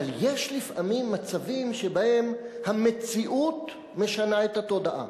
אבל יש לפעמים מצבים שבהם המציאות משנה את התודעה,